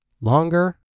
longer